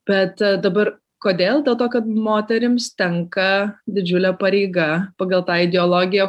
bet dabar kodėl dėl to kad moterims tenka didžiulė pareiga pagal tą ideologiją